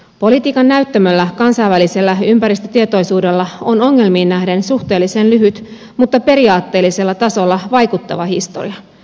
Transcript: politiikan näyttämöllä kansainvälisellä ympäristötietoisuudella on ongelmiin nähden suhteellisen lyhyt mutta periaatteellisella tasolla vaikuttava historia